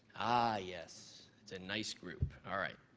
ah, yes. it's a nice group. all right.